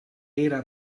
era